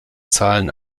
zahlen